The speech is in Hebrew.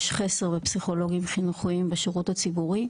יש חסר בפסיכולוגים חינוכיים בשירות הציבורי,